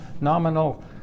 nominal